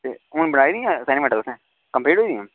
ते हून बनाई दियां असाइनमेंटा तुसें कंपलीट होई गेइयां